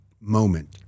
moment